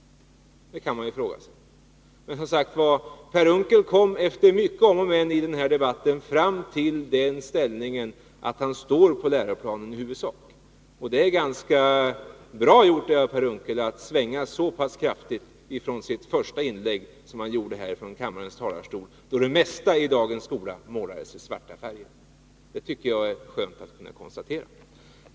Det kan man fråga sig. Men, som sagt: Per Unckel kom efter mycket om och men under den här debatten fram till den ståndpunkten att han i huvudsak står bakom läroplanen. Det är ganska bra gjort av Per Unckel att svänga så pass kraftigt från det första inlägg som han här höll från kammarens talarstol, då det mesta i dagens skola målades i svart. Det är skönt att kunna konstatera det.